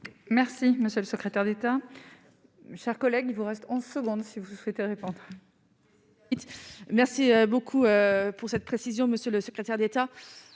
Merci monsieur le secrétaire d'État, chers collègues, il vous reste en seconde, si vous souhaitez répondre. Merci beaucoup pour cette précision Monsieur le secrétaire d'État,